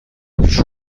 پیش